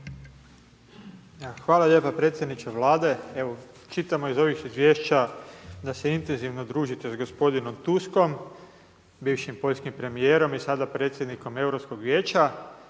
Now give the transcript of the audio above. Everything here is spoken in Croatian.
Hvala lijepa predsjedniče Vlade. Evo, čitamo iz ovih izvješća da se intenzivno družite s gospodinom Tuskom, bivšim poljskim premijerom i sada predsjednikom Europskog vijeća,